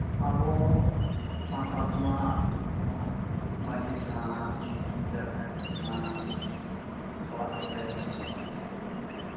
ᱟᱵᱚ ᱥᱟᱱᱛᱟᱲ ᱠᱚᱢᱟ ᱠᱟᱱᱟ ᱢᱟᱹᱡᱷᱤ ᱛᱷᱟᱱ ᱡᱟᱦᱮᱨ ᱛᱷᱟᱱ ᱚᱲᱟᱜ ᱠᱚᱨᱮ